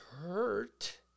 hurt